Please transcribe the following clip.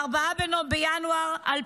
ב-4 בינואר 2011,